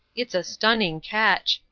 it's a stunning catch!